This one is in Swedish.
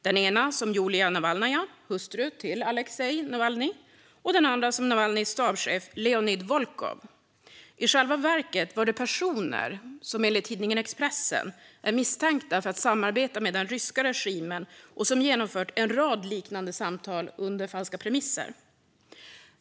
Den ena utgav sig för att vara Julia Navalnaja, hustru till Aleksej Navalnyj, och den andra Navalnyjs stabschef Leonid Volkov. I själva verket var det personer som enligt tidningen Expressen är misstänkta för att samarbeta med den ryska regimen och som genomfört en rad liknande samtal under falska premisser.